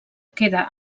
queda